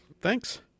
Thanks